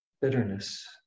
bitterness